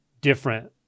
different